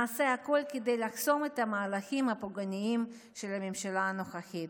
נעשה הכול כדי לחסום את המהלכים הפוגעניים של הממשלה הנוכחית.